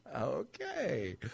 Okay